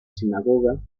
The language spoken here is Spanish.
sinagoga